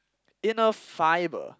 inner fiber